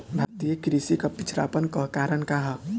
भारतीय कृषि क पिछड़ापन क कारण का ह?